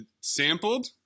sampled